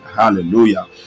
Hallelujah